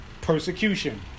persecution